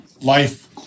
life